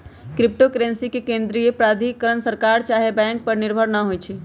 crypto currency के केंद्रीय प्राधिकरण सरकार चाहे बैंक पर निर्भर न होइ छइ